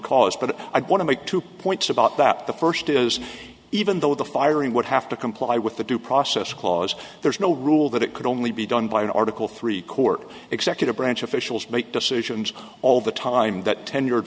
cause but i want to make two points about that the first is even though the firing would have to comply with the due process clause there's no rule that it could only be done by an article three court executive branch officials make decisions all the time that tenured